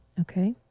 Okay